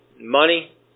money